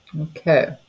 Okay